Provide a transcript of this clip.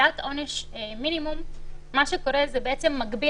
שבקביעת עונש מינימום מה שקורה מגביל